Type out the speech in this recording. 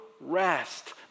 rest